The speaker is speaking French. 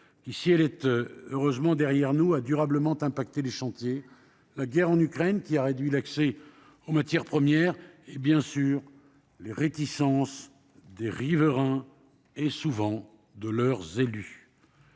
si elle est derrière nous, elle a durablement affecté les chantiers -, la guerre en Ukraine, qui a réduit l'accès aux matières premières, et, bien sûr, les réticences des riverains et, souvent, de leurs élus.